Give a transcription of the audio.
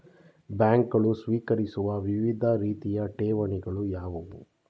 ಬ್ಯಾಂಕುಗಳು ಸ್ವೀಕರಿಸುವ ವಿವಿಧ ರೀತಿಯ ಠೇವಣಿಗಳು ಯಾವುವು?